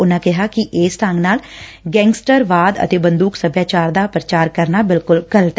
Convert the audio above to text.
ਉਨਾਂ ਕਿਹਾ ਕਿ ਇਸ ਢੰਗ ਨਾਲ ਗੈਂਗਸਟਰਵਾਦ ਅਤੇ ਬੰਦੁਕ ਸਭਿਆਚਾਰ ਦਾ ਪ੍ਰਚਾਰ ਕਰਨਾ ਬਿਲਕੁਲ ਗਲਤ ਐ